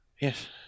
yes